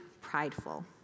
prideful